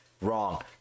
wrong